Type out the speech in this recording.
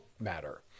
matter